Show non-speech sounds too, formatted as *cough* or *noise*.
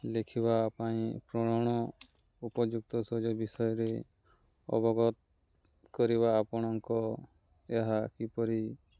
ଲେଖିବା ପାଇଁ *unintelligible* ଉପଯୁକ୍ତ ସହଜ ବିଷୟରେ ଅବଗତ କରିବା ଆପଣଙ୍କ ଏହା କିପରି